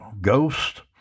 ghost